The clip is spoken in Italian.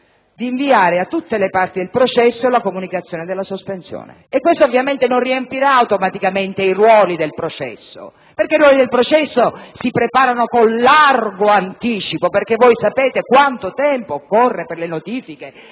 di inviare a tutte le parti del processo la comunicazione della sospensione. E questo ovviamente non riempirà automaticamente i ruoli del processo, perché questi si preparano con largo anticipo e voi sapete quanto tempo occorre per le notifiche,